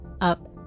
up